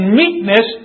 meekness